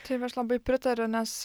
taip aš labai pritariu nes